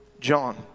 John